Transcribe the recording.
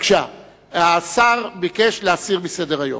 השר ביקש להסיר מסדר-היום.